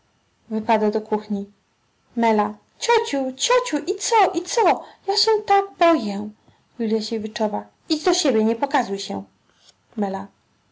wypada do kuchni ciociu ciociu i co i co ja się